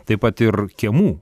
taip pat ir kiemų